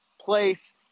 place